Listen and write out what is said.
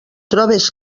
trobes